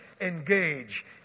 engage